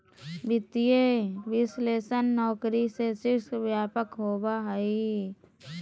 वित्तीय विश्लेषक नौकरी के शीर्षक व्यापक होबा हइ